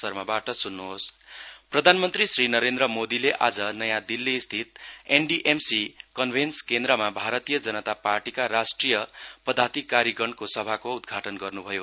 PM BJP प्रधानमन्त्री श्री नरेन्द्र मोदीले आज नयाँ दिल्लीस्थित एनडीएमसी कन्भेन्सन केन्द्रमा भारतीय जनता पार्टीका राष्ट्रिय पदाधिकारिगणको सभाको उद्घाटन गर्नुभयो